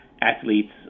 athletes